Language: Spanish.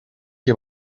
que